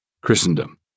Christendom